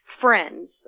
friends